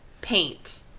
paint